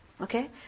Okay